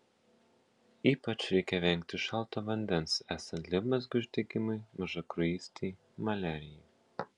ypač reikia vengti šalto vandens esant limfmazgių uždegimui mažakraujystei maliarijai